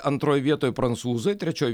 antroj vietoj prancūzai trečioj